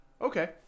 Okay